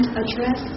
address